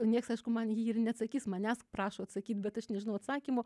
nieks aišku man į jį ir neatsakys manęs prašo atsakyt bet aš nežinau atsakymo